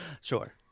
Sure